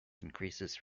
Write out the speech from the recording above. increases